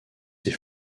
ses